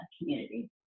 community